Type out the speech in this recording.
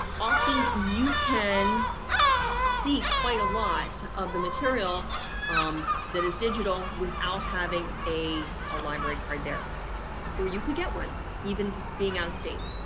often, you can see quite a lot of the material um that is digital without having a a library card there or you could get one even being out of state.